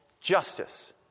justice